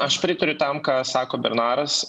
aš pritariu tam ką sako bernaras